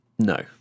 No